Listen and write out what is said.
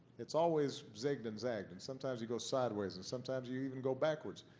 it's always zigged and zagged. and sometimes you go sideways and sometimes you even go backwards.